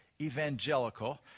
evangelical